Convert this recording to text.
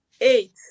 eight